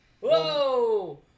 Whoa